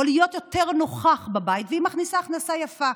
או להיות יותר נוכח בבית, והיא מכניסה הכנסה יפה.